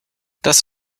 das